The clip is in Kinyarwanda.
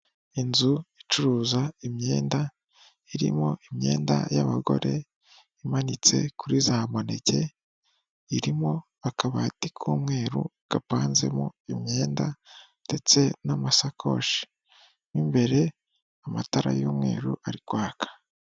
Inzu icuruza imyenda, irimo imyenda y'abagore imanitse kuri za maneke, irimo akabati k'umweru gapanzemo imyenda ndetse n'amasakoshi, mu imbere amatara y'umweru ari kwaka.